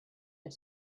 and